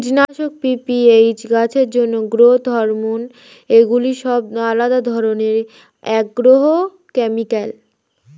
কীটনাশক, পি.পি.এইচ, গাছের জন্য গ্রোথ হরমোন এগুলি সব আলাদা ধরণের অ্যাগ্রোকেমিক্যাল